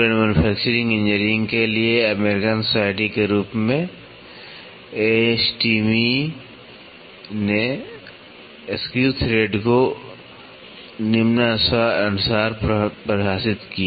tool and manufacturing engineering के लिए American Society के रूप में ASTME ने स्क्रू थ्रेड को निम्नानुसार परिभाषित किया